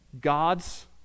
god's